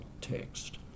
text